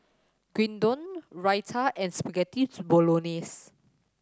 Gyudon Raita and Spaghetti Bolognese